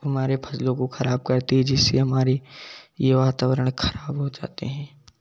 हमारे फसलों को खराब करती है जिससे हमारे वातावरण खराब हो जाते हैं